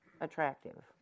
attractive